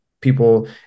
people